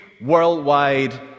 worldwide